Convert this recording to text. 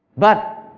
but,